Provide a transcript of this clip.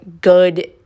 good